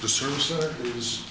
the service i